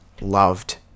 loved